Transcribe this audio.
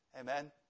Amen